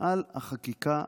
על החקיקה